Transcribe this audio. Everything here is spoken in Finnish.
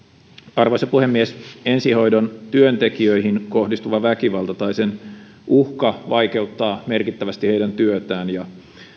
arvoisa puhemies ensihoidon työntekijöihin kohdistuva väkivalta tai sen uhka vaikeuttaa merkittävästi heidän työtään ja